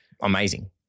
Amazing